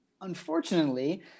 unfortunately